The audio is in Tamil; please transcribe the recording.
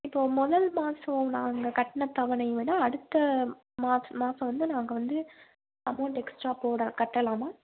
இப்போ முதல் மாதம் நாங்கள் கட்டின தவணை வேணால் அடுத்த மாதம் மாதம் வந்து நாங்கள் வந்து அமௌண்ட்டு எக்ஸ்ட்ரா கூட கட்டலாமா